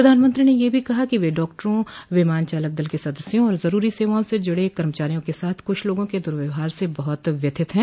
प्रधानमंत्री ने यह भी कहा कि वे डॉक्टारों विमान चालक दल के सदस्यों और जरूरी सेवाओं से जुड़े कर्मचारियों के साथ कुछ लोगों के दुर्व्यहार से बहुत व्यथित हैं